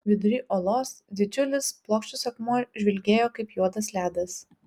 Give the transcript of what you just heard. vidury olos didžiulis plokščias akmuo žvilgėjo kaip juodas ledas